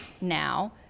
now